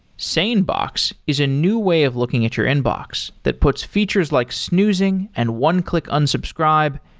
sanebox is a new way of looking at your inbox that puts features like snoozing, and one-click unsubscribe,